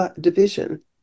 division